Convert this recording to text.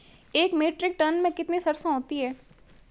एक metric tonne में कितनी सरसों होती है?